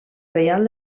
reial